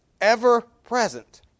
ever-present